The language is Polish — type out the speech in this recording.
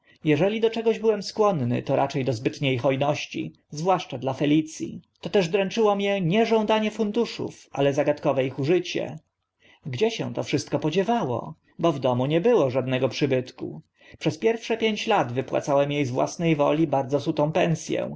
eżeli do czego byłem skłonny to racze do zbytnie ho ności zwłaszcza dla felic i toteż dręczyło mię nie żądanie funduszów ale zagadkowe ich użycie gdzie się to wszystko podziewało bo w domu nie było żadnego przybytku przez pierwsze pięć lat wypłacałem e z własne woli bardzo sutą pens